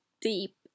deep